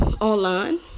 online